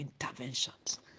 interventions